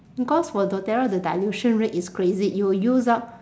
cause for doTerra the dilution rate is crazy you will use up